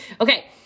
Okay